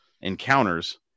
encounters